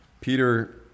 Peter